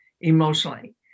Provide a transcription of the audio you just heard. emotionally